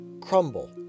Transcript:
crumble